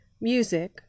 music